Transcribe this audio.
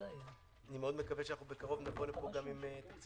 אני מאוד מקווה שבקרוב נבוא לפה גם עם תקציב